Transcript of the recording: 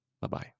Bye-bye